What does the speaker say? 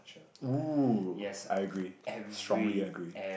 !woo! I agree strongly agree